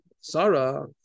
Sarah